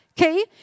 Okay